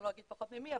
לא אגיד פחות ממי,